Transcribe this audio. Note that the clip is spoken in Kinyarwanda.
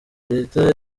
leta